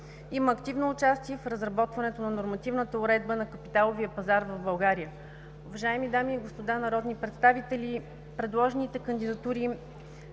Има активно участие в разработването на нормативната уредба на капиталовия пазар в България. Уважаеми дами и господа народни представители, предложените кандидатури